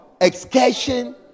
excursion